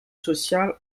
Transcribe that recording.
sociale